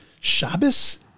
Shabbos